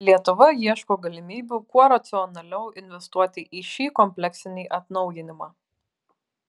lietuva ieško galimybių kuo racionaliau investuoti į šį kompleksinį atnaujinimą